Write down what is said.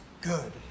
good